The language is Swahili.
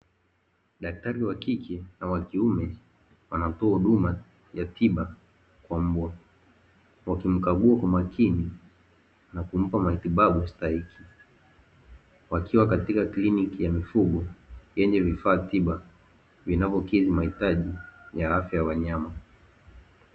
Daktari wa kike na wakiume wanatoa huduma ya tiba kwa mbwa, wakimkagua kwa makini na kumpa matibabu stahiki, wakiwa katika kiliniki ya mifugo yenye vifaa tiba vinavyokidhi mahitaji ya afya ya wanyama.